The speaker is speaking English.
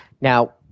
Now